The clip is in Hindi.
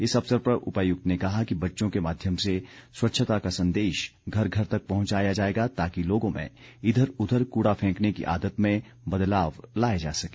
इस अवसर पर उपायुक्त ने कहा कि बच्चों के माध्यम से स्वच्छता का संदेश घर घर तक पहुंचाया जाएगा ताकि लोगों में इधर उधर कूड़ा फेंकने की आदत में बदलाव लाया जा सके